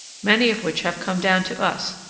many of which have come down to us,